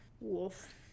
Wolf